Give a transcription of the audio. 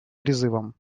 призывом